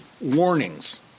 warnings